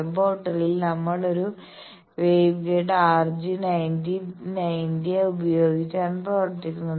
ലബോറട്ടറിയിൽ നമ്മൾ ഒരു വേവ്ഗൈഡ് r g 90 ഉപയോഗിച്ചാണ് പ്രവർത്തിക്കുന്നത്